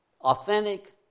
Authentic